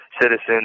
citizens